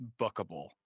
bookable